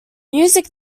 music